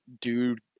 dude